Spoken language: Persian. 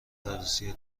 عروسی